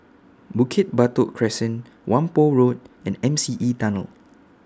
Bukit Batok Crescent Whampoa Road and M C E Tunnel